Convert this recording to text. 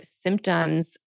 symptoms